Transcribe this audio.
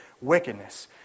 wickedness